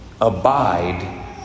Abide